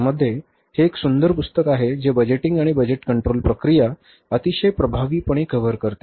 त्यामध्ये हे एक सुंदर पुस्तक आहे जे बजेटिंग आणि बजेट कंट्रोल प्रक्रिया अतिशय प्रभावीपणे कव्हर करते